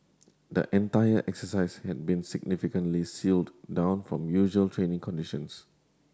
the entire exercise had been significantly sealed down from usual training conditions